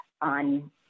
on